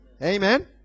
amen